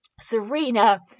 Serena